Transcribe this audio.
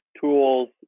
tools